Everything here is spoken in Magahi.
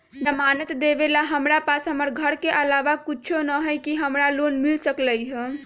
जमानत देवेला हमरा पास हमर घर के अलावा कुछो न ही का हमरा लोन मिल सकई ह?